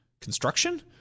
construction